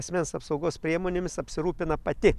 asmens apsaugos priemonėmis apsirūpina pati